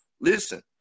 Listen